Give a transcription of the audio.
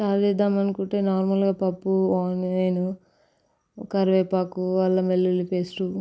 చారు చేద్దాం అనుకుంటే నార్మల్గా పప్పు ఆనియన్ కరివేపాకు అల్లం వెల్లుల్లి పేస్టు